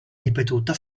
ripetuta